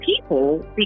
people